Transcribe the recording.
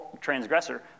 transgressor